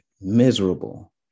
miserable